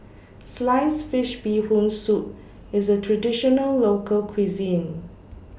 Sliced Fish Bee Hoon Soup IS A Traditional Local Cuisine